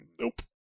Nope